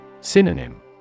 Synonym